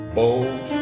bold